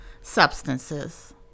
substances